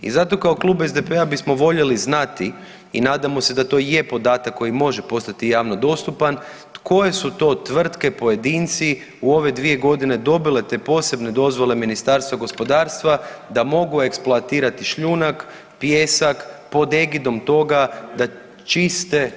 I zato kao Klub SDP-a bismo voljeli znati i nadamo se da to je podatak koji može postati javno dostupan koje su to tvrtke, pojedinci u ove 2 godine dobile te posebne dozvole Ministarstva gospodarstva da mogu eksploatirati šljunak, pijesak, po egidom toga da čiste